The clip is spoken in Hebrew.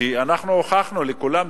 כי אנחנו הוכחנו לכולם,